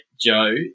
Joe